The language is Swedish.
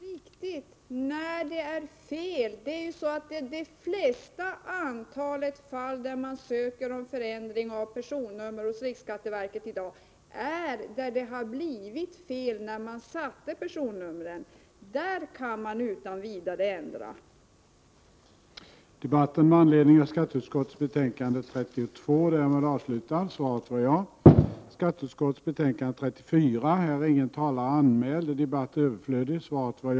Herr talman! Det är riktigt — när personnumret är felaktigt. I de flesta fall när man ansöker om en ändring av personnummer hos riksskatteverket har det blivit ett fel när personnumret sattes. I sådana fall kan man utan vidare få personnumret ändrat.